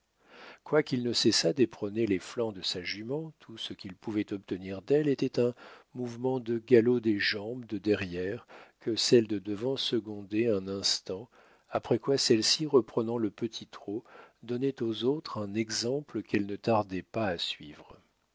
quoiqu'il ne cessât d'éperonner les flancs de sa jument tout ce qu'il pouvait obtenir d'elle était un mouvement de galop des jambes de derrière que celles de devant secondaient un instant après quoi celles-ci reprenant le petit trot donnaient aux autres un exemple qu'elles ne tardaient pas à suivre